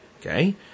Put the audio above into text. okay